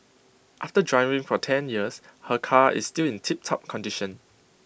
after driving for ten years her car is still in tiptop condition